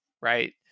right